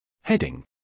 Heading